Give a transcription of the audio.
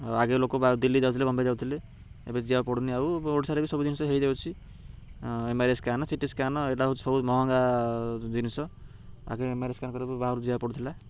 ଆଉ ଆଗେ ଲୋକ ବା ଦିଲ୍ଲୀ ଯାଉଥିଲେ ବମ୍ବେ ଯାଉଥିଲେ ଏବେ ଯିବାକୁ ପଡ଼ୁନି ଆଉ ଓଡ଼ିଶାରେ ବି ସବୁ ଜିନିଷ ହୋଇଯାଉଛି M R I scan CT scan ଏଇଟା ହେଉଛି ସବୁ ମହଙ୍ଗା ଜିନିଷ ଆଗେ ଏମ ଆର ଆଇ ସ୍କାନ କରିବାକୁ ବାହାରକୁ ଯିବାକୁ ପଡ଼ୁଥିଲା